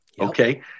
okay